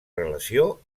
relació